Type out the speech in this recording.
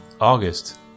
August